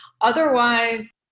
Otherwise